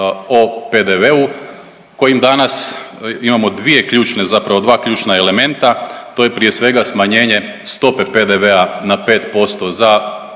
o PDV-u kojim danas, imamo dvije ključne, zapravo dva ključna elementa, to je prije svega smanjenje stope PDV-a na 5% za